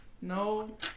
No